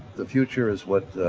the future is what